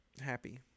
Happy